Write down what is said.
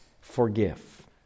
forgive